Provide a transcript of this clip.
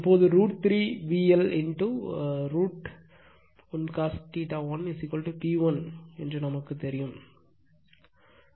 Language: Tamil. இப்போது √ 3 VL √ 1 cos 1 P1 நமக்கு தெரியும்